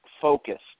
focused